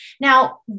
Now